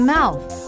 Mouth